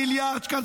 מיליארד שקלים.